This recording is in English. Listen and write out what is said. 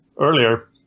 earlier